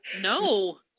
No